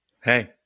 hey